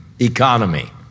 economy